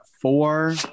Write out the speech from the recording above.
four